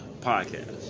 podcast